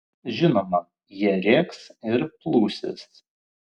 žinoma jie rėks ir plūsis